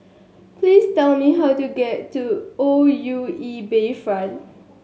please tell me how to get to O U E Bayfront